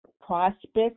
Prospect